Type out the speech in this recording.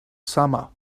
summer